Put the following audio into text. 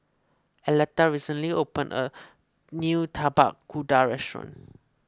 Aleta recently opened a new Tapak Kuda restaurant